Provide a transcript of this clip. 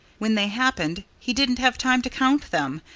when they happened, he didn't have time to count them,